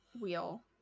wheel